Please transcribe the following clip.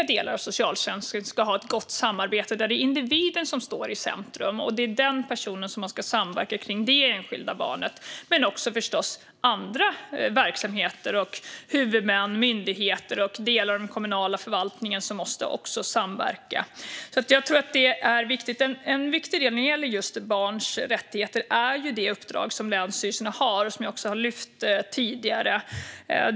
De ska ha ett gott samarbete där det är individen som står i centrum. Det är den personen som man ska samverka kring, det enskilda barnet. Det handlar förstås också om andra verksamheter, huvudmän, myndigheter och delar av den kommunala förvaltningen. De måste också samverka. Det är viktigt. En viktig del när det gäller barns rättigheter är det uppdrag som länsstyrelserna har och som jag har lyft fram tidigare.